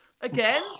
Again